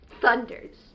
thunders